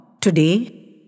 today